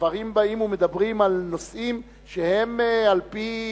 הדברים מדברים על נושאים שהם לפי